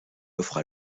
offre